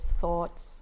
thoughts